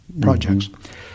projects